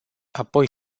apoi